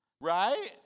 right